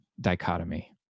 dichotomy